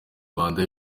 rwanda